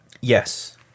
Yes